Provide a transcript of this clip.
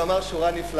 אבל הוא אמר שורה נפלאה,